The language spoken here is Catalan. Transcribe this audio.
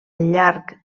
llarg